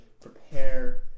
prepare